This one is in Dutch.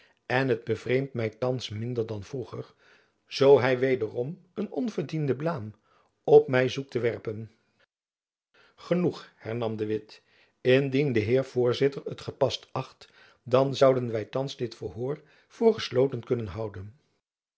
en het bevreemt my thands minder dan vroeger zoo hy wederom een onverdienden blaam op my zoekt te werpen genoeg hernam de witt indien de heer voorzitter het gepast acht dan zouden wy thands dit verhoor voor gesloten kunnen houden